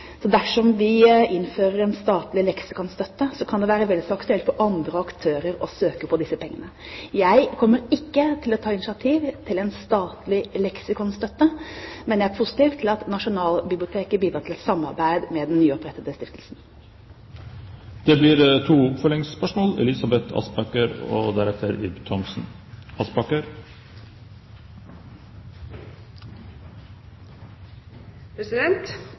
Så dersom vi innfører en statlig leksikonstøtte, kan det være vel så aktuelt for andre aktører å søke om disse pengene. Jeg kommer ikke til å ta initiativ til en statlig leksikonstøtte, men jeg er positiv til at Nasjonalbiblioteket bidrar til et samarbeid med den nyopprettede stiftelsen. Det blir gitt anledning til to oppfølgingsspørsmål – først Elisabeth